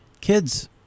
kids